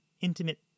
intimate